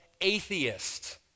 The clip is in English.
atheist